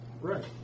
Right